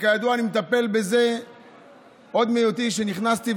כידוע, אני מטפל בזה מאז שנכנסתי.